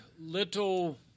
little